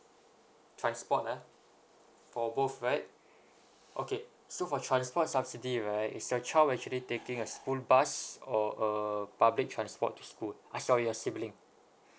transport ah for both right okay so for transport subsidy right is your child actually taking a school bus or uh public transport to school eh sorry your sibling